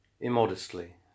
immodestly